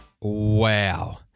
Wow